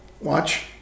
watch